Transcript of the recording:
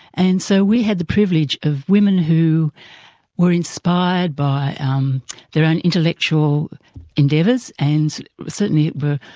and so we had the privilege of women who were inspired by um their own intellectual endeavours and certainly were,